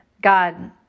God